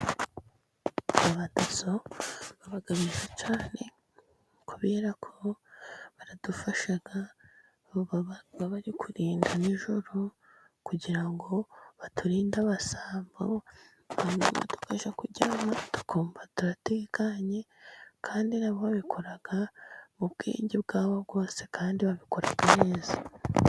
Abadaso baba beza cyane kubera ko baradufasha. Baba bari kurinda nijoro, kugira ngo baturinde abasambo. Twajya kuryama tukumva turatekanye. Kandi na bo babikora mu bwenge bwabo bwose kandi babikora neza.